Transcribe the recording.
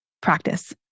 practice